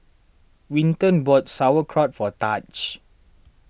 Winton bought Sauerkraut for Tahj